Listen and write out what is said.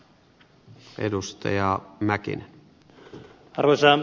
arvoisa herra puhemies